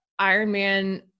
Ironman